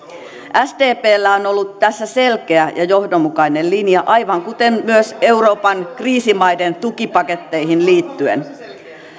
sdpllä on ollut tässä selkeä ja johdonmukainen linja aivan kuten myös euroopan kriisimaiden tukipaketteihin liittyen